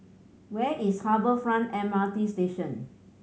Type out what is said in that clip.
where is Harbour Front M R T Station